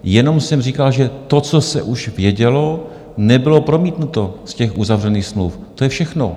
Jenom jsem říkal, že to, co se už vědělo, nebylo promítnuto z těch uzavřených smluv, to je všechno.